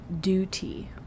duty